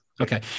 okay